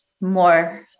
more